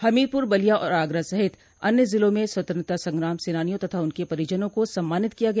हमीरपुर बलिया और आगरा सहित अन्य जिलों में स्वतंत्रता संग्राम सेनानियों तथा उनके परिजनों को सम्मानित किया गया